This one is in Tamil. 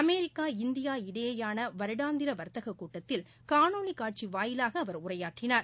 அமெரிக்கா இந்தியா இடையேயானவருடாந்திரவர்த்தகக் கூட்டத்தில் காணொலிகாட்சிவாயிலாகஅவர் உரையாற்றினார்